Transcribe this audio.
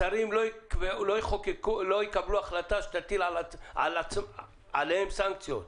השרים לא יקבלו החלטה שתטיל עליהם סנקציות.